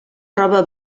roba